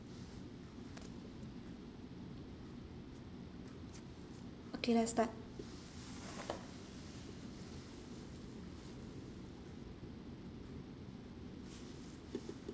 okay let's start